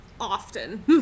often